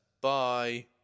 bye